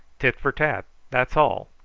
tit for tat that's all.